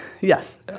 Yes